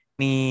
ni